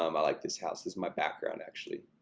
um i like this house is my background actually